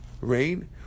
rain